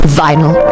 vinyl